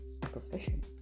profession